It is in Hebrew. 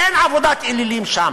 אין עבודת אלילים שם,